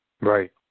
Right